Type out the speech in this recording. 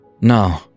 No